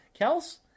Kels